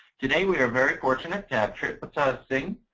today we are very fortunate to have tripta but sort of singh,